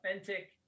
authentic